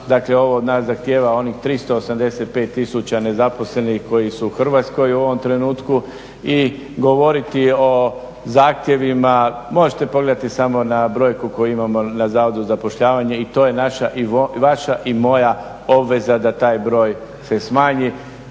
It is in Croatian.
Dakle, ovo od nas zahtjeva onih 385 tisuća nezaposlenih koji su u Hrvatskoj u ovom trenutku i govoriti o zahtjevima možete pogledati samo na brojku koju imamo na Zavodu za zapošljavanje i to je naša i vaša i moja obveza da taj broj se smanji.